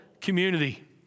community